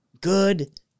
good